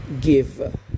give